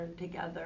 together